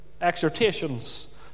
exhortations